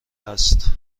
است